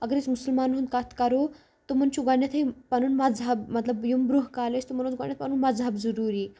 اگر أسۍ مُسلمانَن ہُنٛد کَتھ کَرو تِمَن چھُ گۄڈٕنٮ۪تھٕے پَنُن مذہب مطلب یِم برٛونٛہہ کالہِ ٲسۍ تِمَن اوس گۄڈٕنٮ۪تھ پَنُن مذہب ضٔروٗری